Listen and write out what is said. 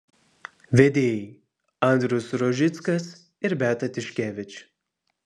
vedėjai andrius rožickas ir beata tiškevič